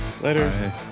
Later